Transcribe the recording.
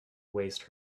waste